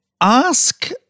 ask